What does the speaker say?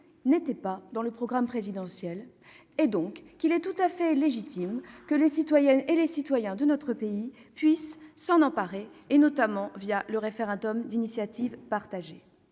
figurait pas dans le programme présidentiel. Il est donc tout à fait légitime que les citoyennes et les citoyens de notre pays puissent s'en emparer, notamment via le référendum d'initiative partagée.